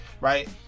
right